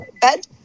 bed